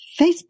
Facebook